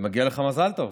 מגיע לך מזל טוב,